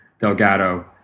Delgado